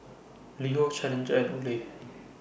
LiHo Challenger and Olay